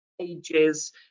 ages